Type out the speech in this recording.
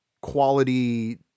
quality